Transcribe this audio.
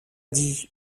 dit